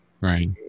right